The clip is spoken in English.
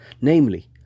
namely